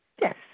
Yes